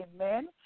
Amen